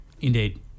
Indeed